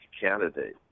candidate